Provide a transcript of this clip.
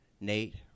Nate